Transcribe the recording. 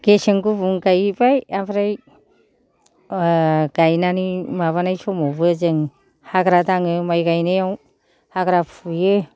गेसें गुबुं गायहैबाय ओमफ्राय गायनानै माबानाय समावबो जों हाग्रा दाङो माय गायनायाव हाग्रा फुयो